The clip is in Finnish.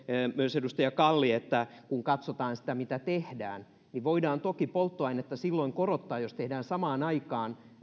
myös edustaja kalli kun katsotaan sitä mitä tehdään että voidaan toki polttoainetta silloin korottaa jos tehdään samaan aikaan